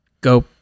go